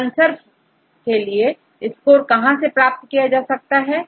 consurf लिए score कहां से प्राप्त हो सकता है